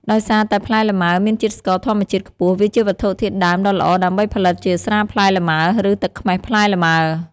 ដោយសារតែផ្លែលម៉ើមានជាតិស្ករធម្មជាតិខ្ពស់ វាជាវត្ថុធាតុដើមដ៏ល្អដើម្បីផលិតជា ស្រាផ្លែលម៉ើ ឬ ទឹកខ្មេះផ្លែលម៉ើ។